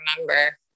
remember